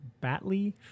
Batley